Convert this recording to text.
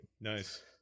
Nice